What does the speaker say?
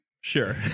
Sure